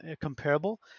comparable